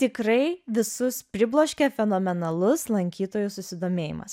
tikrai visus pribloškia fenomenalus lankytojų susidomėjimas